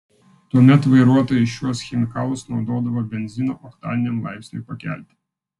tuomet vairuotojai šiuos chemikalus naudodavo benzino oktaniniam laipsniui pakelti